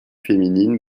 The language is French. féminine